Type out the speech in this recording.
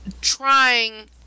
trying